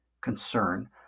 concern